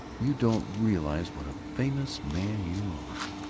you don't realize what a famous man you are.